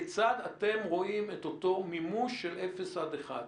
כיצד אתם רואים את אותו מימוש של אפס עד אחד קילומטר?